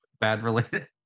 bad-related